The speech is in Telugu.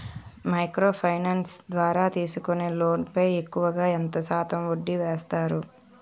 మైక్రో ఫైనాన్స్ ద్వారా తీసుకునే లోన్ పై ఎక్కువుగా ఎంత శాతం వడ్డీ వేస్తారు?